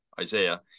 Isaiah